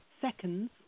seconds